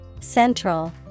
Central